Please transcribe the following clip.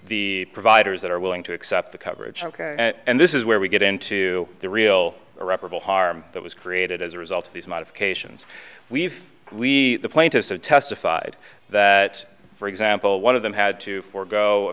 the providers that are willing to accept the coverage and this is where we get into the real irreparable harm that was created as a result of these modifications we've we plan to so testified that for example one of them had to forego a